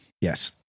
Yes